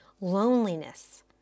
loneliness